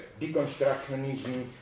deconstructionism